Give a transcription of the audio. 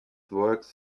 works